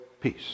peace